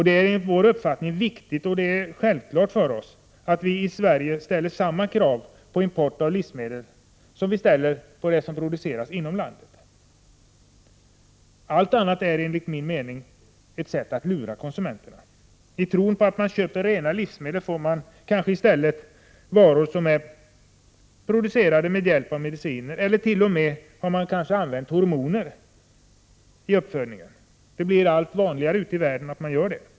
Det är enligt vår uppfattning viktigt och självklart att vi i Sverige ställer samma krav på de importerade livsmedien som på dem som produceras inom landet. Allt annat är, enligt min mening, att lura konsumenterna. I tron att man köper rena livsmedel får man kanske i stället varor som är producerade med hjälp av mediciner eller t.o.m. med hjälp av hormoner i uppfödningen. Det blir allt vanligare ute i världen att man gör det.